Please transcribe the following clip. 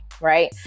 right